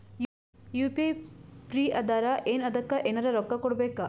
UPI free ಅದಾರಾ ಏನ ಅದಕ್ಕ ಎನೆರ ರೊಕ್ಕ ಕೊಡಬೇಕ?